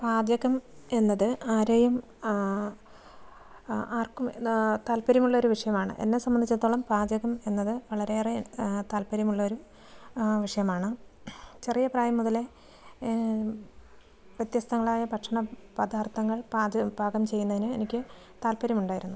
പാചകം എന്നത് ആരെയും ആർക്കും താല്പര്യമുള്ളൊരു വിഷയമാണ് എന്നെ സംബന്ധിച്ചിടത്തോളം പാചകം എന്നത് വളരെയേറെ താല്പര്യമുള്ളൊരു വിഷയമാണ് ചെറിയ പ്രായം മുതലേ വ്യത്യസ്തങ്ങളായ ഭക്ഷണ പദാർത്ഥങ്ങൾ പാചകം പാകം ചെയ്യുന്നതിന് എനിക്ക് താല്പര്യമുണ്ടായിരുന്നു